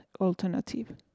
alternative